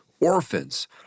orphans